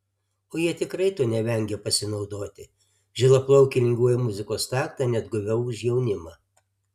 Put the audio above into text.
o jie tikrai tuo nevengia pasinaudoti žilaplaukiai linguoja į muzikos taktą net guviau už jaunimą